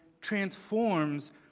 transforms